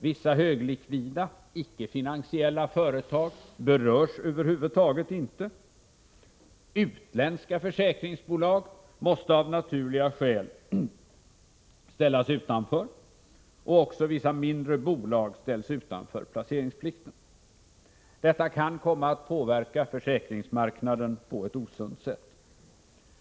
Vissa höglikvida, icke-finansiella företag berörs över huvud taget inte. Utländska försäkringsbolag måste av naturliga skäl ställas utanför, och också vissa mindre bolag ställs utanför placeringsplikten. Detta kan komma att påverka försäkringsmarknaden på ett osunt sätt.